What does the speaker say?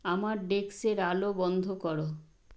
আমার ডেস্কের আলো বন্ধ করো